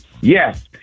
Yes